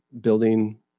building